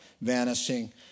vanishing